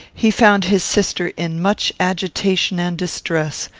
he found his sister in much agitation and distress,